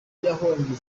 yahombye